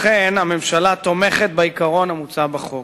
לכן הממשלה תומכת בעיקרון המוצע בחוק.